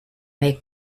make